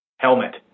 helmet